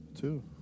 Two